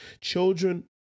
Children